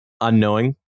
unknowing